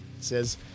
says